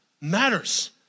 matters